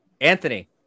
Anthony